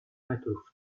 metrów